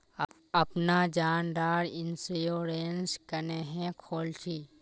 अपना जान डार इंश्योरेंस क्नेहे खोल छी?